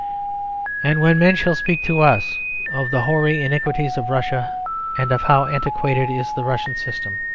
and when men shall speak to us of the hoary iniquities of russia and of how antiquated is the russian system,